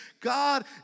God